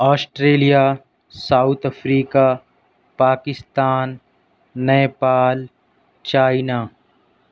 Australia South Africa Pakistan Nepal China